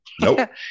Nope